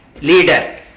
leader